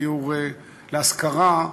בדיור להשכרה,